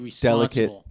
delicate